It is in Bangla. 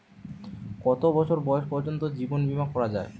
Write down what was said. কত বছর বয়স পর্জন্ত জীবন বিমা করা য়ায়?